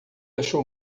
achou